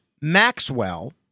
Maxwell